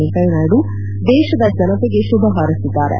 ವೆಂಕಯ್ಯನಾಯ್ತು ದೇತದ ಜನತೆಗೆ ಶುಭ ಹಾರೈಸಿದ್ದಾರೆ